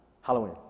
Halloween